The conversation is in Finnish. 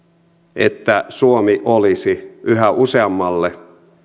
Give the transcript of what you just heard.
että suomi olisi yhä useammalle